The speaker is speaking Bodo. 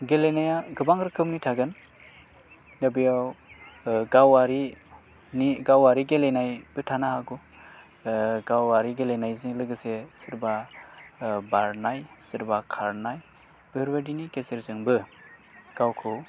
गेलेनाया गोबां रोखोमनि थागोन दा बेयाव गावारिनि गावारि गेलेनायबो थानो हागौ गावारि गेलेनायजों लोगोसे सोरबा बारनाय सोरबा खारनाय बेफोरबायदिनि गेजेरजोंबो गावखौ